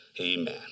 Amen